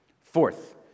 Fourth